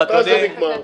מתי זה מתבטל היום?